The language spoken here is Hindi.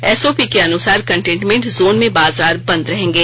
एसओपी के अनुसार कंटेनमेंट जोन में बाजार बंद रहेंगे